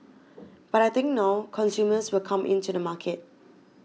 but I think now consumers will come in to the market